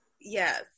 yes